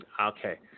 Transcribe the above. Okay